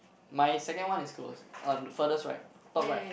my second one is close uh furthest right top right